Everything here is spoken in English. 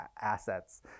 assets